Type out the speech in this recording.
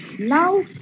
Now